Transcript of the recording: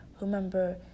remember